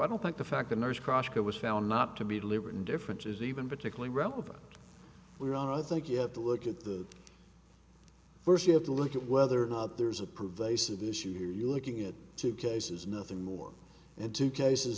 i don't think the fact that nurse crosscut was found not to be deliberate indifference is even particularly relevant we're i think you have to look at the first you have to look at whether or not there's a pervasive issue here you're looking at two cases nothing more and two cases